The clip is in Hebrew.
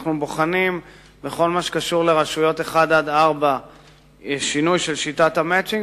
אנחנו בוחנים בכל מה שקשור לרשויות 1 4 שינוי של שיטת ה"מצ'ינג",